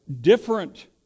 different